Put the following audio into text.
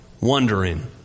wondering